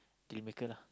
deal maker lah